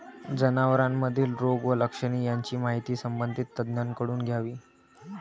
जनावरांमधील रोग व लक्षणे यांची माहिती संबंधित तज्ज्ञांकडून घ्यावी